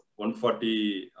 140